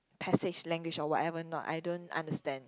passage language or whatever not I don't understand